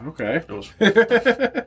Okay